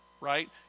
right